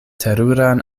teruran